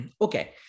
Okay